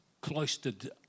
cloistered